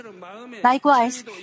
Likewise